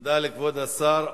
תודה לכבוד השר.